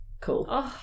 Cool